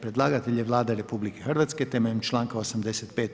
Predlagatelj je Vlada RH temeljem članka 85.